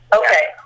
okay